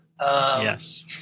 Yes